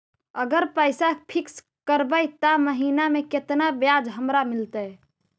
अगर पैसा फिक्स करबै त महिना मे केतना ब्याज हमरा मिलतै?